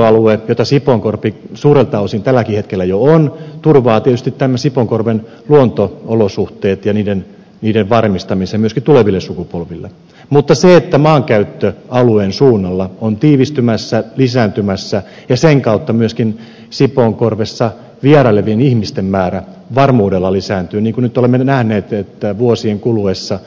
luonnonsuojelualue jota sipoonkorpi suurelta osin tälläkin hetkellä jo on turvaa tietysti sipoonkorven luonto olosuhteet ja niiden varmistamisen myöskin tuleville sukupolville mutta maankäyttö alueen suunnalla on tiivistymässä lisääntymässä ja sen kautta myöskin sipoonkorvessa vierailevien ihmisten määrä varmuudella lisääntyy niin kuin nyt olemme nähneet että vuosien kuluessa